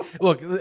look